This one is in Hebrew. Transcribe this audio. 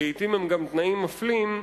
שלעתים הם גם תנאים מפלים,